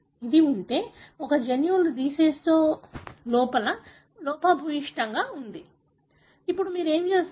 ఇది ఉంటే ఒక జన్యువు డీసేస్లో లోపభూయిష్టంగా ఉంది ఇప్పుడు మీరు ఏమి చేస్తారు